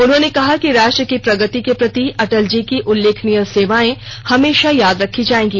उन्होने कहा कि राष्ट्र की प्रगति के प्रति अटल जी की उल्लेखनीय सेवाएं हमेशा याद रखी जाएगी